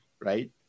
right